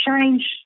change